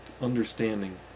understanding